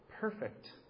perfect